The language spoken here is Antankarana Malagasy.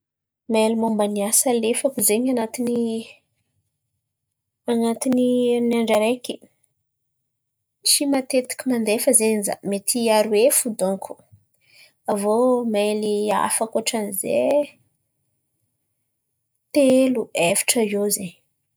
Maily momba ny asa alefako zen̈y anatiny natiny herin'andra araiky tsy matetiky mandefa zen̈y za mety aroe fo donko. Aviô maily hafa ankoatrany zay, telo, efatra iô.